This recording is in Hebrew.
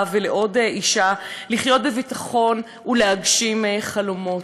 ולעוד אישה לחיות בביטחון ולהגשים חלומות.